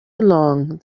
along